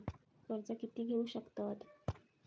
कर्ज कीती घेऊ शकतत?